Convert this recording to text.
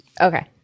okay